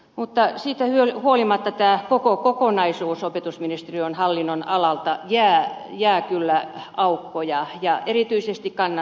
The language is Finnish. mutta siitä huolimatta tää koko kokonaisuus opetusministeriön hallinnonalalta jää jää kyllä touhuja ja erityisesti kanna